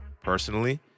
personally